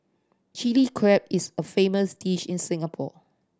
Chilli Crab is a famous dish in Singapore